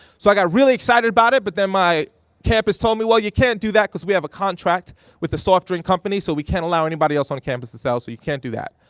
so i got really excited about it, but then my campus told me, well, you can't do that cause we have a contract with the soft drink company, so we can't allow anybody else on campus to sell, so you can't do that.